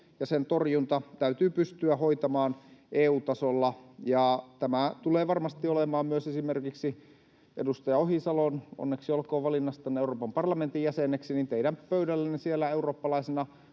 ja sen torjunta täytyy pystyä hoitamaan EU-tasolla. Tämä tulee varmasti olemaan myös esimerkiksi edustaja Ohisalon — onneksi olkoon valinnastanne Euroopan parlamentin jäseneksi — pöydällä siellä eurooppalaisena